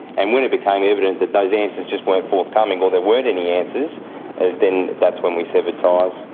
and when it became evident that those answers just weren't forthcoming or there weren't any answers then that's when we severed ties.